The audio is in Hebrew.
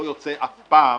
והוא לא יוצא אף פעם,